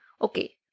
Okay